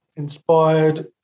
inspired